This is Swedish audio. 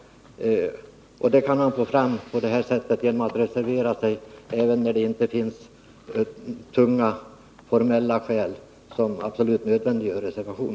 Det kan man få fram genom att på det här sättet reservera sig, även när det inte finns tunga formella skäl som absolut nödvändiggör en reservation.